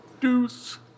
Deuce